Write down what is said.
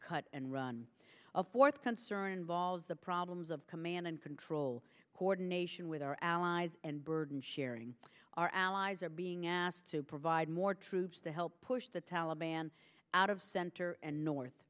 cut and run a fourth concern volves the problems of command and control coordination with our allies and burden sharing our allies are being asked to provide more troops to help push the taliban out of center and north